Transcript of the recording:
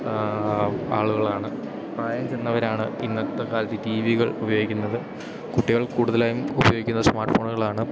ആളുകളാണ് പ്രായം ചെന്നവരാണ് ഇന്നത്തെക്കാലത്ത് ടീ വികൾ ഉപയോഗിക്കുന്നത് കുട്ടികൾ കൂടുതലായും ഉപയോഗിക്കുന്ന സ്മാർട്ട് ഫോണുകളാണ്